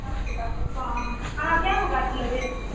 पचास टका अहाँ कए गो गाछ लेबै